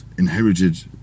Inherited